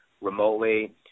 remotely